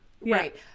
right